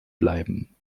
bleiben